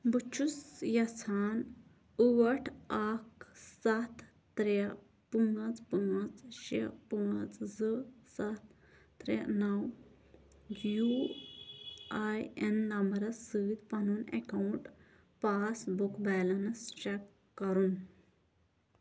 بہٕ چھُس یژھان ٲٹھ اَکھ سَتھ ترٛےٚ پانٛژھ پانٛژھ شےٚ پانٛژھ زٕ سَتھ ترٛےٚ نَو یوٗ آی این نمبرٕ سۭتۍ پنُن account passbook balance check کرُن